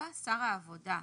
שר העבודה,